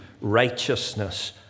righteousness